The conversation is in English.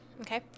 Okay